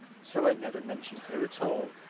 so i never mention her at all.